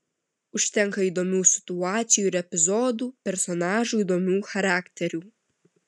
užtenka įdomių situacijų ir epizodų personažų įdomių charakterių